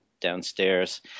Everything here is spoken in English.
downstairs